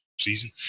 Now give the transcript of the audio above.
season